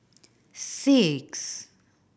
six